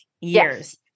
years